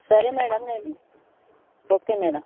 సరే మేడం నేను okay madam